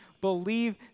believe